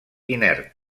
inert